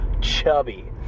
chubby